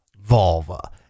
vulva